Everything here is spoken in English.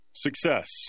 Success